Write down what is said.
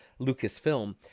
Lucasfilm